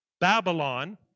Babylon